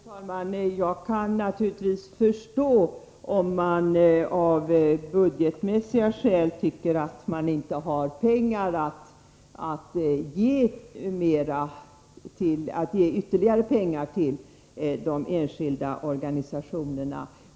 Fru talman! Jag kan naturligtvis förstå om man tycker att man av budgetmässiga skäl inte har möjlighet att ge ytterligare pengar till de enskilda organisationerna.